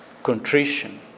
contrition